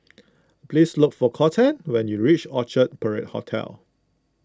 please look for Kolten when you reach Orchard Parade Hotel